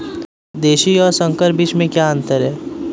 देशी और संकर बीज में क्या अंतर है?